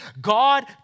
God